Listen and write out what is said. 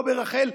לא ברחל,